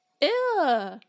Ew